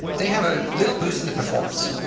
they have a little boost in the performance.